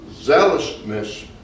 zealousness